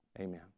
Amen